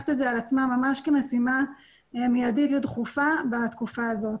ולקחת את זה על עצמם ממש כמשימה מיידית ודחופה בתקופה הזאת.